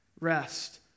rest